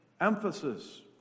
emphasis